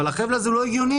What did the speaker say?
אבל החבל הזה הוא לא הגיוני.